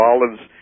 Olives